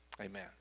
Amen